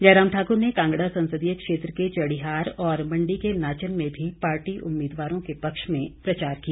जयराम ठाक्र ने कांगड़ा संसदीय क्षेत्र के चढ़ियार और मंडी के नाचन में भी पार्टी उम्मीदवारों के पक्ष में प्रचार किया